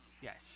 Yes